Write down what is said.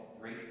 great